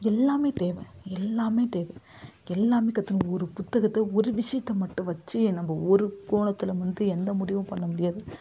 எல்லாமே தேவை எல்லாமே தேவை எல்லாமே கற்றுக்கணும் ஒரு புத்தகத்தை ஒரு விஷயத்தை மட்டும் வச்சு நம்ம ஒரு கோணத்தில் வந்து எந்த முடிவும் பண்ணமுடியாது